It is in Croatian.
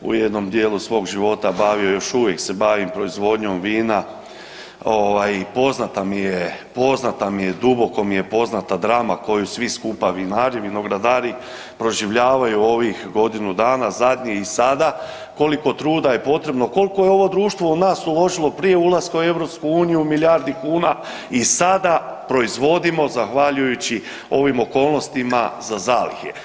u jednom dijelu svog života bavio, još uvijek se bavim proizvodnjom vina i poznata mi je, poznata mi je, duboko mi je poznata drama koju svi skupa, vinari, vinogradari proživljavaju ovih godinu dana zadnje i sada, koliko truda je potrebno, koliko je ovo društvo u nas uložilo prije ulaska u EU milijardi kuna i sada proizvodimo zahvaljujući ovim okolnostima za zalihe.